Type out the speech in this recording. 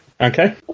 Okay